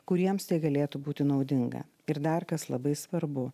kuriems tai galėtų būti naudinga ir dar kas labai svarbu